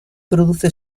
produce